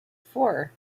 four